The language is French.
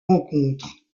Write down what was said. rencontres